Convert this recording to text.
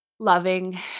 Loving